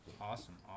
Awesome